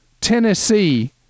Tennessee